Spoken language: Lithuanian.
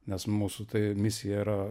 nes mūsų misija yra